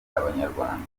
abanyarwanda